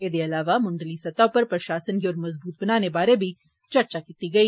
एदे अलावा मुंडली स्तह उप्पर प्रशासन गी होर मज़बूत बनाने बारै बी चर्चा कीती गेई